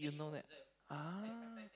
you know that ah